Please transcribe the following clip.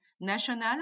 national